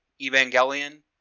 Evangelion